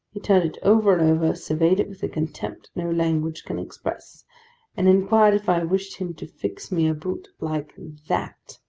he turned it over and over surveyed it with a contempt no language can express and inquired if i wished him to fix me a boot like that?